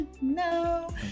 No